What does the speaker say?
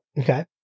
okay